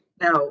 Now